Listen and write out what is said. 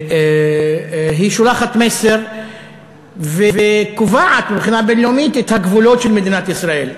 היא שולחת מסר וקובעת מבחינה בין-לאומית את הגבולות של מדינת ישראל.